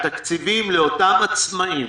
שהתקציבים לאותם עצמאים